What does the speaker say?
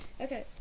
okay